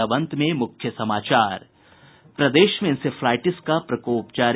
और अब अंत में मुख्य समाचार प्रदेश में इंसेफ्लाईटिस का प्रकोप जारी